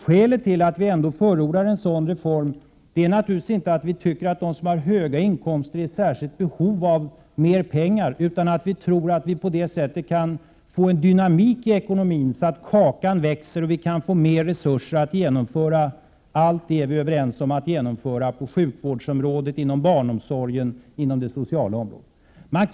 Skälet till att vi ändå förordar en sådan reform är naturligtvis inte att vi tycker att de som har höga inkomster är i särskilt behov av mer pengar, utan att vi tror att det på det sättet kan skapas dynamik i ekonomin, så att kakan växer och resurserna ökar och därmed allt det kan genomföras som vi är överens om att genomföra på sjukvårdsområdet, inom barnomsorgen och på det sociala området.